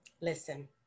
Listen